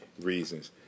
reasons